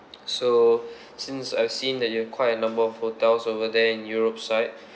so since I've seen that you have quite a number of hotels over there in europe side